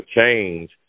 change